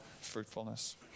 fruitfulness